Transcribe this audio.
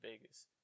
Vegas